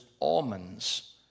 almonds